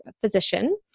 physician